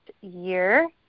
year